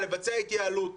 לבצע התייעלות,